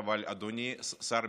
אדוני שר המשפטים,